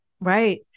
Right